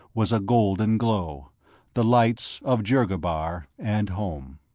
was a golden glow the lights of dhergabar and home.